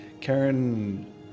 Karen